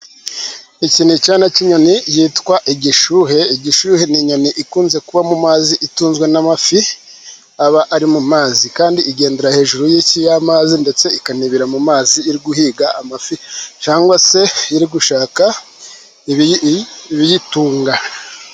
Iki ni icyana cy'kinyoni yitwa igishuhe, igishuhe ni inyoni ikunze kuba mu mazi itunzwe n'amafi aba ari mu mazi, kandi igendera hejuru y''amazi ndetse ikanibira mu mazi, iri guhiga amafi cyangwa se iri gushaka ibiyitunga.